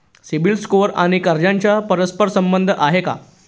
CIBIL score आणि कर्जाचा परस्पर संबंध आहे का?